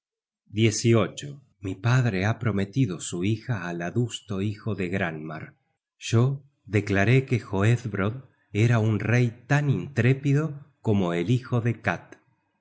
brazaletes mi padre ha prometido su hija al adusto hijo de granmar yo declaré que hoedbrodd era un rey tan intrépido como el hijo de katt